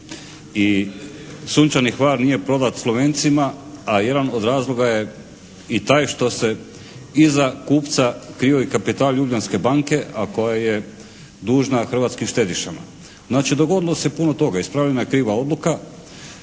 i "Sunčani Hvar" nije prodat Slovencima, a jedan od razloga je i taj što se iza kupca krio i kapital "Ljubljanske banke" a koja je dužna hrvatskim štedišama. Znači dogodilo se puno toga. Ispravljena je kriva odluka,